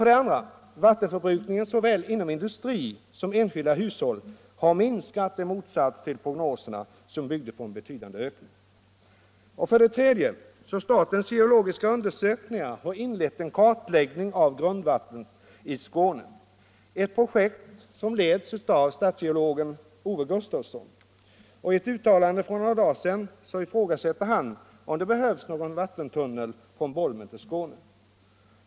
2. Vattenförbrukningen inom såväl industri som enskilda hushåll har minskat i motsats till vad som förutsades i prognoserna, nämligen en betydande ökning. 3. Statens geologiska undersökningar har inlett en kartläggning av grundvattnet i Skåne, ett projekt som leds av statsgeologen Ove Gustafsson. I ett uttalande för några dagar sedan ifrågasatte han om det behövs någon vattentunnel från Bolmen till Skåne.